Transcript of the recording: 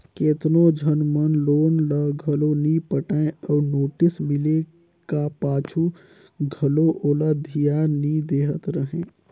केतनो झन मन लोन ल घलो नी पटाय अउ नोटिस मिले का पाछू घलो ओला धियान नी देहत रहें